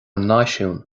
náisiún